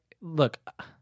Look